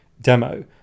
demo